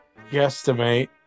guesstimate